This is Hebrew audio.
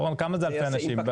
דורון, כמה זה אלפי אנשים?